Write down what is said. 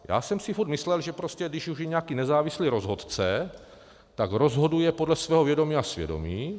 Já jsem si furt myslel, že prostě když už je nějaký nezávislý rozhodce, tak rozhoduje podle svého vědomí a svědomí.